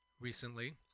recently